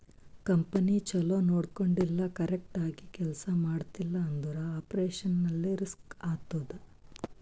company ಛಲೋ ನೊಡ್ಕೊಂಡಿಲ್ಲ, correct ಆಗಿ ಕೆಲ್ಸಾ ಮಾಡ್ತಿಲ್ಲ ಅಂದುರ್ ಆಪರೇಷನಲ್ ರಿಸ್ಕ್ ಆತ್ತುದ್